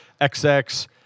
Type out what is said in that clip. XX